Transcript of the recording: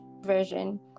version